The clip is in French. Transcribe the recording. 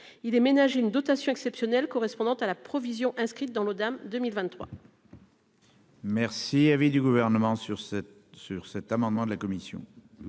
il est ménagé une dotation exceptionnelle correspondant à la provision inscrite dans l'à 2023.